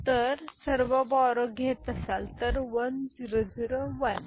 तर हा तुमचा क्यू is आहे आणि तुम्ही सर्व बोरो घेत असाल तर 1 0 0 1 ठीक आहे